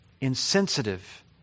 insensitive